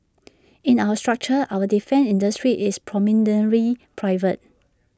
in our structure our defence industry is predominantly private